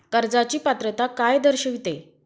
कर्जाची पात्रता काय दर्शविते?